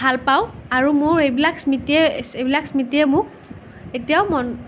ভাল পাওঁ আৰু মোৰ এইবিলাক স্মৃতিয়ে এইবিলাক স্মৃতিয়ে মোক এতিয়াও মন